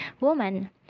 woman